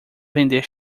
vender